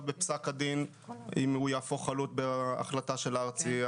בפסק הדין אם הוא יהפוך חלוט בהחלטה של הארצי,